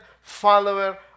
follower